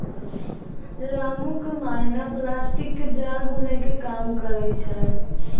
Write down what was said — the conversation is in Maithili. रामू के माय नॅ प्लास्टिक के जाल बूनै के काम करै छै